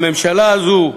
הממשלה הזאת,